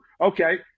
okay